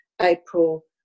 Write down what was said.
April